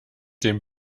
dem